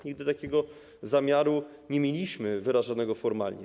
Nigdy takiego zamiaru nie mieliśmy - wyrażonego formalnie.